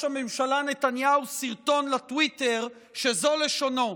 הממשלה נתניהו סרטון לטוויטר שזו לשונו: